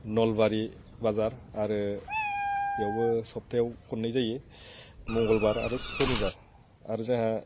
नलबारि बाजार आरो बेयावबो सबथायाव खननै जायो मंगलबार आरो सुनिबार आरो जोंहा